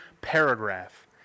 paragraph